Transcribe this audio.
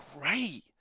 great